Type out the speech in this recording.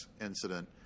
incident